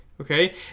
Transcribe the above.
Okay